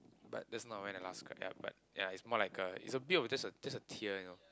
but that's not when I last cried ya but ya is more like a is a bit of just a just a tear you know